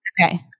Okay